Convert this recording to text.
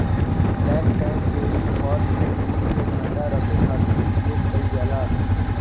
bulk tank dairy farm में दूध के ठंडा रखे खातिर उपयोग कईल जाला